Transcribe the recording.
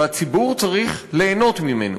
והציבור צריך ליהנות ממנו,